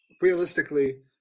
realistically